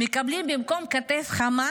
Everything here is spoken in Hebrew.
במקום כתף חמה